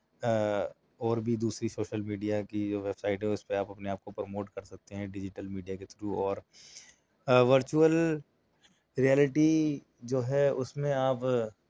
اور بھی دوسری سوشل میڈیا کی جو ویب سائٹ ہے اس پہ آپ اپنے آپ کو پرموٹ کر سکتے ہیں ڈیجیٹل میڈیا کے تھرو اور ورچوئل ریئلٹی جو ہے اس میں آپ